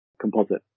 composite